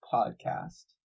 Podcast